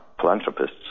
philanthropists